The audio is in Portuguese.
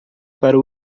para